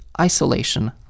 isolation